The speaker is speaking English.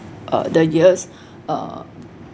uh the years uh